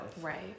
right